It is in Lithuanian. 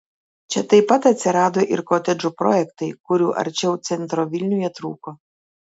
čia taip pat atsirado ir kotedžų projektai kurių arčiau centro vilniuje trūko